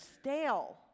stale